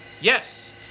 Yes